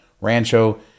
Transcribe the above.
rancho